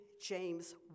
James